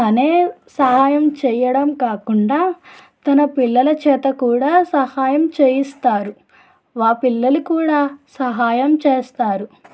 తనే సహాయం చేయడం కాకుండా తన పిల్లల చేత కూడా సహాయం చేయిస్తారు ఆ పిల్లలు కూడా సహాయం చేస్తారు